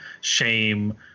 shame